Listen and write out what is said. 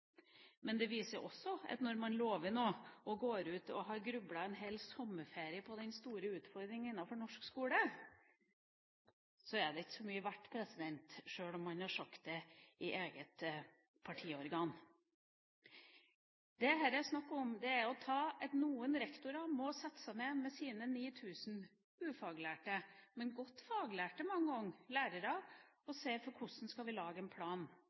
Men det viser også at når man lover noe og har gått og grublet en hel sommerferie på den store utfordringen innenfor norsk skole, er det ikke så mye verdt, sjøl om man har sagt det i eget partiorgan. Her er det snakk om at noen rektorer må sette seg ned med sine 9 000 ufaglærte – men mange godt faglærte – lærere og se på hvordan man skal lage en plan.